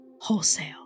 wholesale